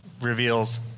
reveals